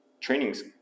trainings